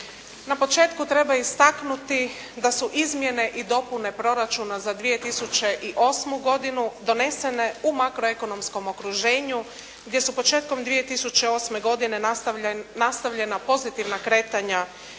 Na početku treba istaknuti da su Izmjene i dopune proračuna za 2008. godinu donesene u makroekonomskom okruženju gdje su početkom 2008. godine nastavljena pozitivna kretanja